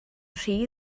rhy